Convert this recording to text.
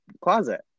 closet